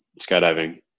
skydiving